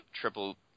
triple